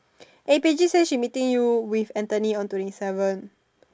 eh Paige say she meeting you with Anthony on twenty seven